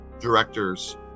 directors